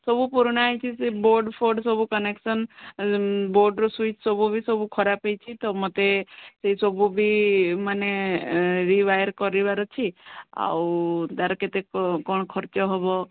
ସବୁ ପୁରୁଣା ହୋଇଛି ସେ ବୋର୍ଡ୍ ଫୋର୍ଡ୍ ସବୁ କନେକ୍ସନ୍ ବୋର୍ଡ୍ର ସୁଇଚ୍ ସବୁ ବି ସବୁ ଖରାପ ହୋଇଛି ତ ମୋତେ ସେସବୁ ବି ମାନେ ରିଓୟାର୍ କରିବାର ଅଛି ଆଉ ତାର କେତେ କ'ଣ ଖର୍ଚ୍ଚ ହେବ